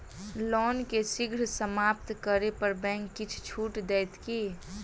loan केँ शीघ्र समाप्त करै पर बैंक किछ छुट देत की